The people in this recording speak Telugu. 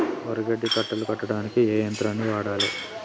వరి గడ్డి కట్టలు కట్టడానికి ఏ యంత్రాన్ని వాడాలే?